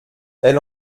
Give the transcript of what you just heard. elle